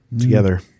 together